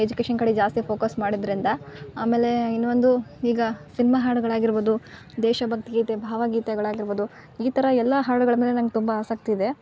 education ಕಡೆ ಜಾಸ್ತಿ focus ಮಾಡಿದ್ರಿಂದ ಆಮೇಲೆ ಇನ್ನು ಒಂದು ಈಗ ಸಿನ್ಮಾ ಹಾಡುಗಳು ಆಗಿರ್ಬೋದು ದೇಶಭಕ್ತಿ ಗೀತೆ ಭಾವಗೀತೆಗಳು ಆಗಿರ್ಬೋದು ಈ ಥರ ಎಲ್ಲ ಹಾಡುಗಳ ಮೇಲೆ ನಂಗೆ ತುಂಬ ಆಸಕ್ತಿ ಇದೆ